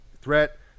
threat